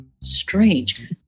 Strange